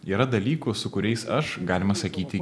yra dalykų su kuriais aš galima sakyti